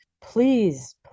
please